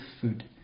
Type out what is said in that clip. food